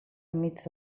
mig